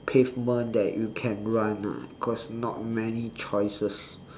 pavement that you can run ah cause not many choices